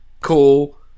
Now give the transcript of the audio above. Cool